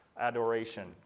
adoration